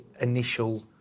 initial